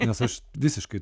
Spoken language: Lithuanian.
nes aš visiškai